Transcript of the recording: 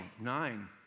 nine